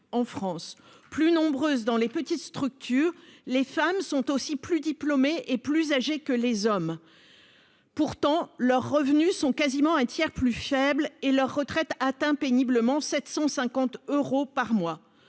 en France plus nombreuses dans les petites structures, les femmes sont aussi plus diplômés et plus âgés que les hommes. Pourtant, leurs revenus sont quasiment un tiers plus faible et leurs retraites atteint péniblement 750 euros par mois